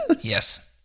yes